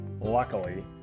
luckily